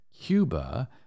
Cuba